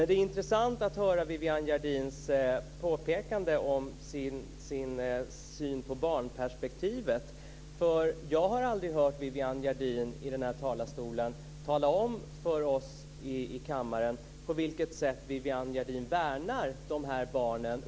Det är intressant att höra Viviann Gerdins påpekande om sin syn på barnperspektivet. Jag har aldrig hört Viviann Gerdin i den här talarstolen tala om för oss i kammaren på vilket sätt Viviann Gerdin värnar de här barnen.